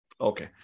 Okay